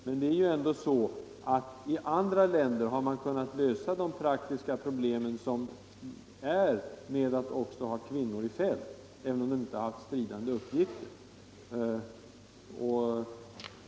Men i andra länder har man ju ändå kunnat lösa de praktiska problem som följer med att också ha kvinnor i fält, även om de inte har stridande uppgifter.